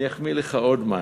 אני אחמיא לך על עוד משהו,